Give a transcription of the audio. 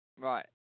Right